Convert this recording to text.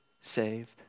saved